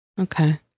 Okay